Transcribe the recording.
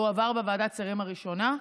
הוא עבר בוועדת השרים הראשונה,